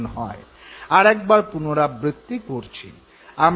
আর একবার পুনরাবৃত্তি করছি